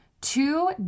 two